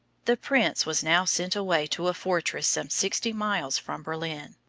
the prince was now sent away to a fortress some sixty miles from berlin,